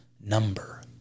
number